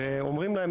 ואומרים להם,